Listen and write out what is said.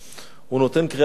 הוא נותן קריאת כיוון,